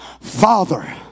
Father